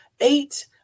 eight